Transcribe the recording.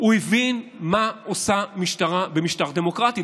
הוא הבין מה עושה משטרה במשטר דמוקרטי,